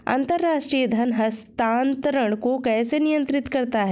अंतर्राष्ट्रीय धन हस्तांतरण को कौन नियंत्रित करता है?